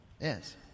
Yes